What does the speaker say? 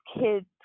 kids